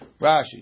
Rashi